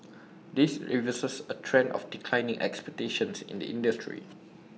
this reverses A trend of declining expectations in the industry